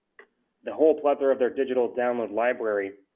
the whole plethora of their digital download library.